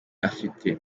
afite